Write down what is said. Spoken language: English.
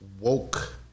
woke